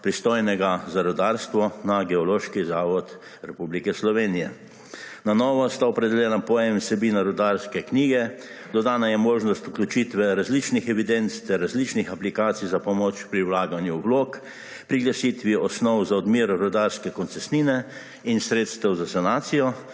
pristojnega za rudarstvo, na Geološki zavod Republike Slovenije. Na novo sta opredeljena pojem in vsebina rudarske knjige, dodana je možnost vključitve različnih evidenc ter različnih aplikacij za pomoč pri vlaganju vlog, priglasitvi osnov za odmero rudarske koncesnine in sredstev za sanacijo,